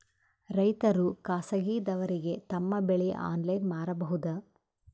ರೈತರು ಖಾಸಗಿದವರಗೆ ತಮ್ಮ ಬೆಳಿ ಆನ್ಲೈನ್ ಮಾರಬಹುದು?